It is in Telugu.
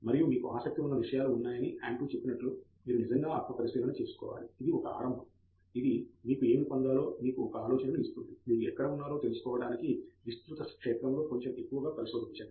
మరియు మీకు ఆసక్తి ఉన్న విషయాలు ఉన్నాయని ఆండ్రూ చెప్పినట్లు మీరు నిజంగా ఆత్మపరిశీలన చేసుకోవాలి ఇది ఒక ఆరంభం ఇది మీకు ఏమి పొందాలో మీకు ఒక ఆలోచనను ఇస్తుంది మీరు ఎక్కడ ఉన్నారో తెలుసుకోవడానికి విస్తృత క్షేత్రంలో కొంచెం ఎక్కువగా పరిశోధించండి